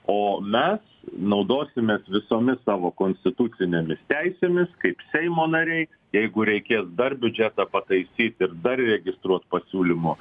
o mes naudosimės visomis savo konstitucinėmis teisėmis kaip seimo nariai jeigu reikės dar biudžetą pataisyt ir dar registruot pasiūlymų